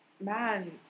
man